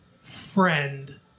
friend